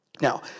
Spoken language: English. Now